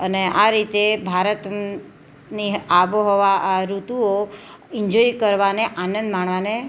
અને આ રીતે ભારતની આબોહવા આ ઋતુઓ ઇંજોય કરવાને આનંદ માણવાને